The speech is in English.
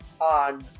on